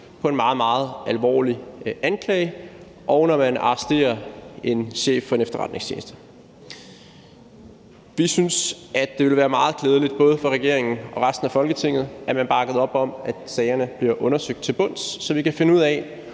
meget, meget alvorlig anklage, og når man arresterer en chef for en efterretningstjeneste. Vi synes, at det ville være meget klædeligt, både for regeringen og resten af Folketinget, at man bakkede op om, at sagerne bliver undersøgt til bunds, så vi kan finde ud af,